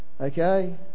Okay